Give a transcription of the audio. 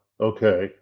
okay